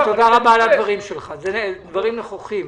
תודה רבה על הדברים שלך שהם דברים נכוחים.